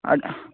அதான்